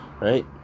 Right